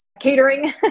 catering